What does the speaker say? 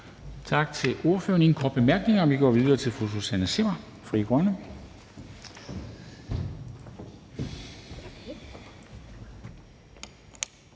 Tak til ordføreren. Der er ingen korte bemærkninger. Og vi går videre til fru Susanne Zimmer, Frie Grønne.